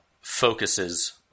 focuses